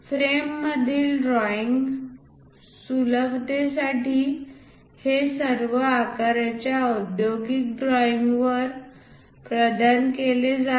frame मधील drawing सुलभतेसाठी हे सर्व आकाराच्या औद्योगिक ड्रॉईंग वर प्रदान केले आहे